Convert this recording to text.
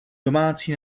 domácí